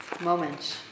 moments